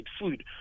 food